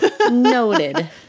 Noted